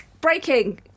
Breaking